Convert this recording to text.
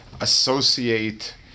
associate